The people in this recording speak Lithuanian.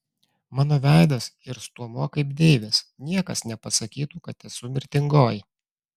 mano veidas ir stuomuo kaip deivės niekas nepasakytų kad esu mirtingoji